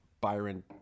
Byron